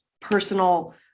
personal